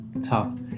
tough